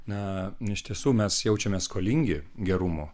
na iš tiesų mes jaučiamės skolingi gerumo